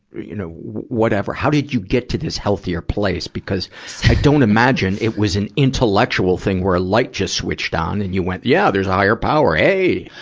you know, whatever how did you get to this healthier place? because i don't imagine it was an intellectual thing, where a light just switched on and you went, yeah, there's a higher power. hey!